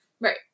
right